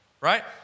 Right